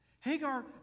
Hagar